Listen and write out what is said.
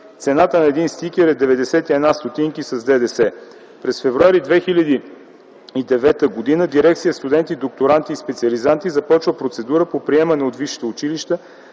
Цената на един стикер е 91 стотинки с ДДС. През м. февруари 2009 г. Дирекция „Студенти, докторанти и специализанти” започва процедура по приемане от висшите училища